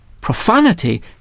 profanity